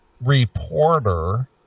reporter